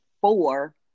four